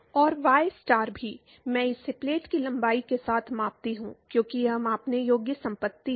और Y star भी मैं इसे प्लेट की लंबाई के साथ मापता हूं क्योंकि यह मापने योग्य संपत्ति है